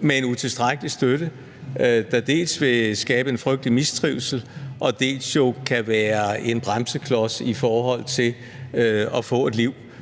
med en utilstrækkelig støtte, der dels vil skabe en frygtelig mistrivsel, dels kan være en bremseklods i forhold til at få et liv,